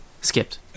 skipped